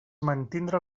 mantindre